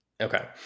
Okay